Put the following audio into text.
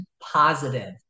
positive